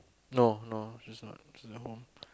no no she's not she's at home